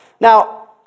Now